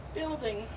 building